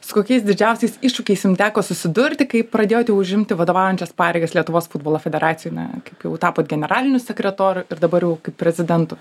su kokiais didžiausiais iššūkiais jum teko susidurti kai pradėjote užimti vadovaujančias pareigas lietuvos futbolo federacijoj na kaip jau tapot generaliniu sekretoriu ir dabar jau prezidentu